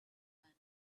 man